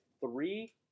three